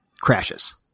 crashes